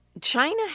China